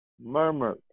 murmured